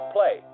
Play